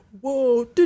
whoa